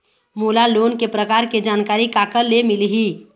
मोला लोन के प्रकार के जानकारी काकर ले मिल ही?